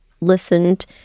listened